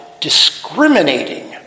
discriminating